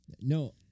No